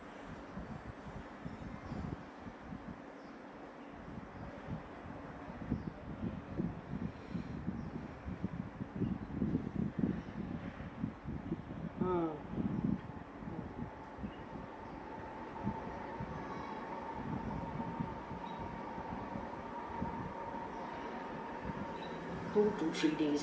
mm two to three days